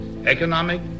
economic